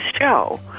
show